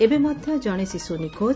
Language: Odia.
ଏବେ ମଧ୍ଧ ଜଣେ ଶିଶୁ ନିଖୋଜ